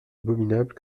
abominable